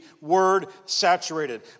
word-saturated